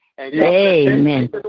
Amen